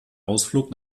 ausflug